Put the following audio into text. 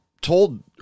told